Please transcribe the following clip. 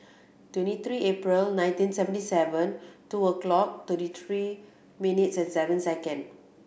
twenty three April nineteen seventy seven two o'clock thirty three minutes and seven second